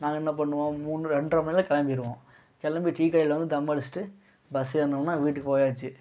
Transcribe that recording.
நாங்கள் என்ன பண்ணுவோம் மூணு ரெண்ட்ரை மணிக்கெலாம் கிளம்பிருவோம் கிளம்பி டீ கடையில் வந்து தம் அடிச்சிட்டு பஸ் ஏறுனோம்ன்னா வீட்டுக்கு போயாச்சு